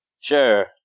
Sure